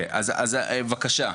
אז בבקשה,